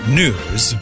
news